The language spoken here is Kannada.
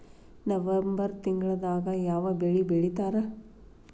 ನವೆಂಬರ್ ತಿಂಗಳದಾಗ ಯಾವ ಬೆಳಿ ಬಿತ್ತತಾರ?